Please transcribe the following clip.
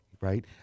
right